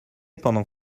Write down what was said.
pendant